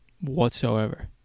Whatsoever